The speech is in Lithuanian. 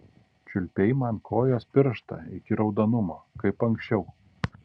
čiulpei man kojos pirštą iki raudonumo kaip anksčiau